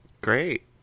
Great